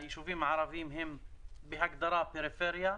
הישובים הערביים, שהם בהגדרה פריפריה,